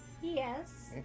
Yes